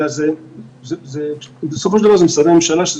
אלא בסופו של דבר אלה משרדי ממשלה שהם